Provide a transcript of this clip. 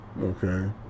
Okay